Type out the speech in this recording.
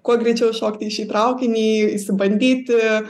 kuo greičiau šokti į šį traukinį išsibandyti